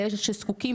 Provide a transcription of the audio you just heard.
לאלו שזקוקים,